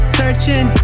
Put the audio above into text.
searching